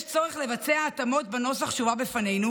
יש צורך לבצע התאמות בנוסח שהובא בפנינו